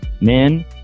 Men